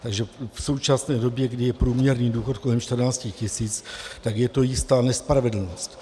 Takže v současné době, kdy je průměrný důchod kolem 14 tisíc, tak je to jistá nespravedlnost.